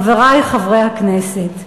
חברי חברי הכנסת,